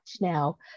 now